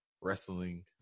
wrestling